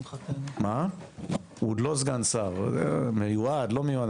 הוא עוד לא סגן שר מיועד אן לא מיועד.